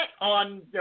on